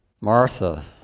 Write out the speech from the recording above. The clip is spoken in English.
Martha